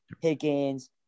Higgins